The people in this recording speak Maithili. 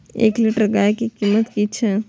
एक लीटर गाय के कीमत कि छै?